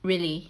really